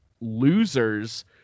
losers